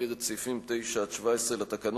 להעביר את סעיפים 9 17 לתקנון,